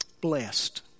Blessed